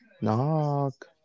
Knock